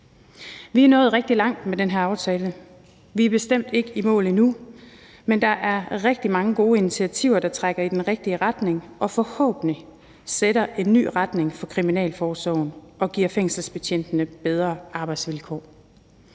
Vi er nået rigtig langt med den her aftale, vi er bestemt ikke i mål endnu, men der er rigtig mange gode initiativer, der trækker i den rigtige retning og forhåbentlig sætter en ny retning for kriminalforsorgen og giver fængselsbetjentene bedre arbejdsvilkår.